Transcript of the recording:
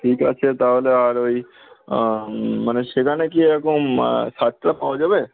ঠিক আছে তাহলে আর ওই মানে সেখানে কি এরকম ছাড় টার পাওয়া যাবে